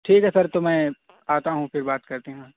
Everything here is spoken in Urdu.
ٹھیک ہے سر تو میں آتا ہوں پھر بات کرتے ہیں